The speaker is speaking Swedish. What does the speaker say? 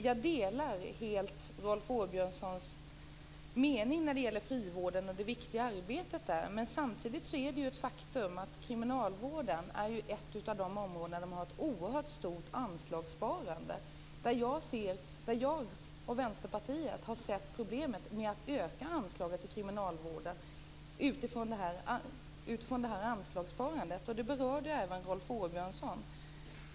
Jag delar helt Rolf Åbjörnssons mening när det gäller frivården och det viktiga arbetet där. Men samtidigt är det ett faktum att kriminalvården är ett av de områden som har ett oerhört stort anslagssparande. Jag och Vänsterpartiet har sett problemet med att öka anslaget till kriminalvården utifrån det här anslagssparandet, och det berörde även Rolf Åbjörnsson.